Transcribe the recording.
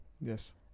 Yes